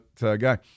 guy